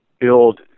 build